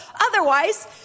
Otherwise